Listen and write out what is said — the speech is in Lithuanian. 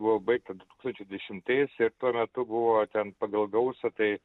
buvo baigta du tūkstančiai dešimtais ir tuo metu buvo ten pagal gausą tai